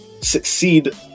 succeed